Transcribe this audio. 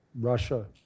Russia